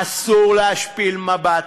אסור להשפיל מבט.